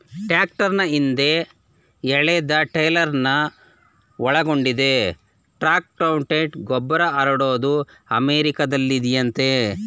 ಟ್ರಾಕ್ಟರ್ನ ಹಿಂದೆ ಎಳೆದಟ್ರೇಲರ್ನ ಒಳಗೊಂಡಿದೆ ಟ್ರಕ್ಮೌಂಟೆಡ್ ಗೊಬ್ಬರಹರಡೋದು ಅಮೆರಿಕಾದಲ್ಲಯತೆ